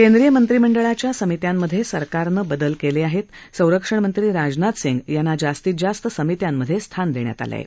कैद्रिय मंत्रिमंडळाच्या समित्यांमधे सरकारनं बदल केले आहेत संरक्षण मंत्री राजनाथ सिंग यांना जास्तीत जास्त समित्यांमधे स्थान दिलं आहे